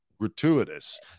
gratuitous